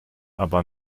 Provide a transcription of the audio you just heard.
aber